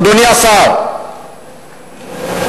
אדוני השר,